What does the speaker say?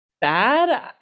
bad